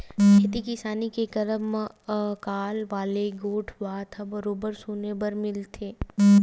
खेती किसानी के करब म अकाल वाले गोठ बात ह बरोबर सुने बर मिलथे ही